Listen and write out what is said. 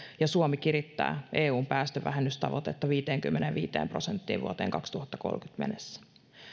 ja suomi kirittää eun päästövähennystavoitetta viiteenkymmeneenviiteen prosenttiin vuoteen kaksituhattakolmekymmentä mennessä